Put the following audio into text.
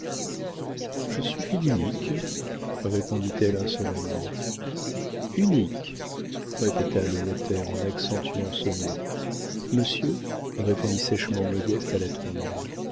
je suis fille unique répondit-elle insolemment unique répéta le notaire en accentuant ce mot monsieur répondit sèchement modeste à latournelle